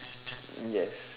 yes